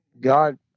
God